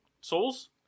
Souls